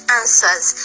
answers